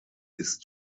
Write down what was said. ist